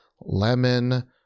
Lemon